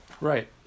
Right